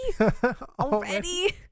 Already